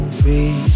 free